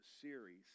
series